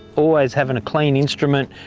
always having a clean instrument,